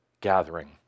gathering